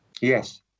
yes